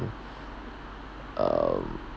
um